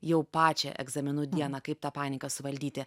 jau pačią egzaminų dieną kaip tą paniką suvaldyti